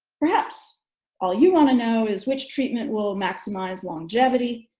perhaps all you want to know is which treatment will maximize longevity,